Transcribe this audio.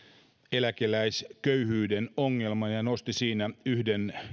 eläkeläisköyhyyden ongelman ja ja nosti siinä yhden